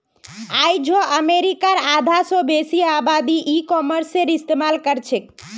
आइझो अमरीकार आधा स बेसी आबादी ई कॉमर्सेर इस्तेमाल करछेक